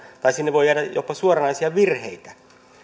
tai sinne voi jäädä jopa suoranaisia virheitä